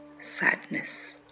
sadness